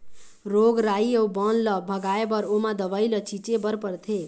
रोग राई अउ बन ल भगाए बर ओमा दवई ल छिंचे बर परथे